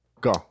Go